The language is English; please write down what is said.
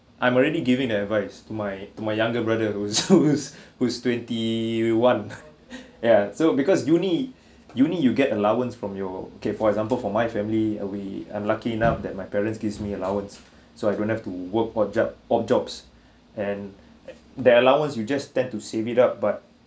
I'm already giving the advice to my to my younger brother who's who's who's twenty one ya so because uni uni you get allowance from your okay for example for my family we I'm lucky enough that my parents give me allowance so I don't have to work or job of jobs and their allowance you just tend to save it up but